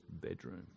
bedroom